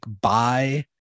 buy